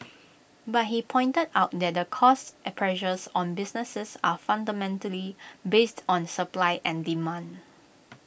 but he pointed out that the cost pressures on businesses are fundamentally based on supply and demand